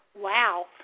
Wow